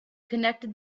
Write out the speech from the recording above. connected